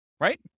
right